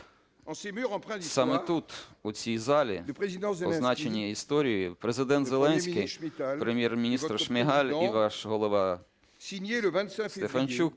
Саме тут, у цій залі, позначеній історією, Президент Зеленський, Прем’єр-міністр Шмигаль і ваш Голова Стефанчук